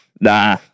Nah